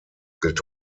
gilt